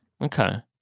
Okay